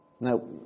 Now